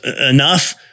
enough